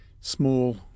small